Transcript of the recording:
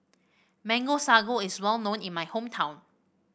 Mango Sago is well known in my hometown